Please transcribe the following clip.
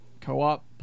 co-op